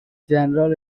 general